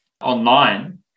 online